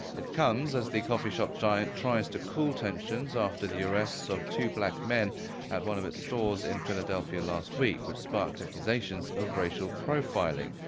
it comes as the coffee shop giant tries to cool tensions after the arrests of two black men at one of its stores in philadelphia last week, which sparked accusations of racial profiling.